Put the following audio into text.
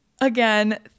again